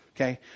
okay